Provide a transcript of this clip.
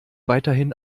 weiterhin